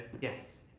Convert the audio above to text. yes